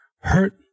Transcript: hurt